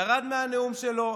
ירד מהנאום שלו,